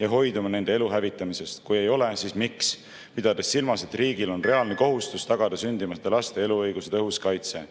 ja hoiduma nende elu hävitamisest? Kui ei ole, siis miks? Peame silmas, et riigil on reaalne kohustus tagada sündimata laste eluõiguse tõhus kaitse?